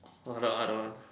or the other one